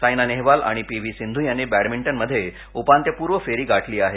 साईना नेहवाल आणि P V Sindhu यांनी बडमिंटनमध्ये उपांत्यपूर्व फेरी गाठली आहे